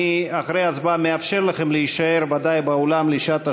אחרי ההצבעה אני מאפשר לכם להישאר באולם לשעת השאלות,